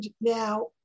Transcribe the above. now